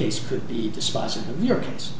it's